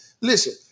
Listen